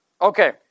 Okay